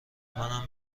منم